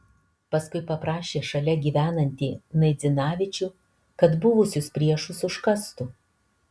paskui paprašė šalia gyvenantį naidzinavičių kad buvusius priešus užkastų